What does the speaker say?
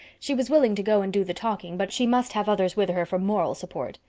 she was willing to go and do the talking but she must have others with her for moral support.